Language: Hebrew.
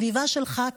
שהסביבה שלך,